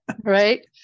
right